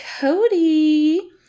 Cody